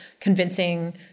convincing